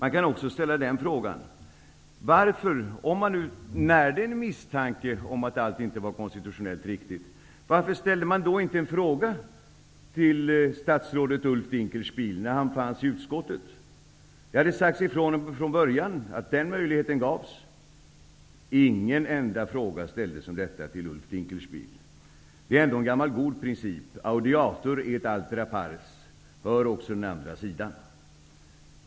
Om man nu närde en misstanke om att allt inte var konstitutionellt riktigt, varför ställde man då inte en fråga till statsrådet Dinkelspiel, när han fanns i utskottet? Det hade sagts ifrån från början att den möjligheten gavs. Ingen enda fråga ställdes om detta till Ulf Dinkelspiel. Audiatur et altera pars -- hör också den andra sidan! -- är en gammal god princip.